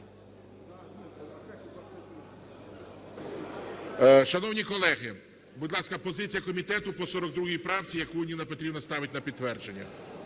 Шановні колеги! Будь ласка, позиція комітету по 42 правці, яку Ніна Петрівна ставить на підтвердження.